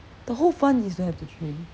the whole fun is to have the train